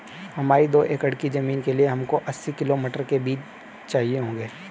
हमारी दो एकड़ की जमीन के लिए हमको अस्सी किलो मटर के बीज चाहिए होंगे